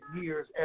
years